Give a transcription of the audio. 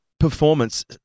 performance